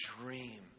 dream